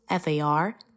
FAR